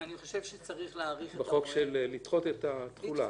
בחוק דחיית התחולה?